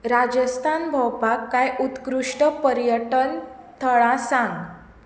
राजस्थान भोंवपाक कांय उत्कृश्ट पर्यटन थळां सांग